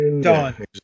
Done